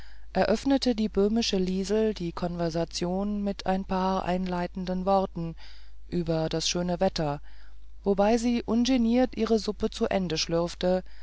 eröffnete die böhmische liesel die konversation mit ein paar einleitenden worten über das schöne wetter wobei sie ungeniert ihre suppe zu ende schlürfte